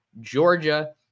Georgia